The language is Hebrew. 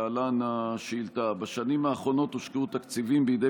להלן השאילתה: בשנים האחרונות הושקעו תקציבים בידי